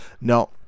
Now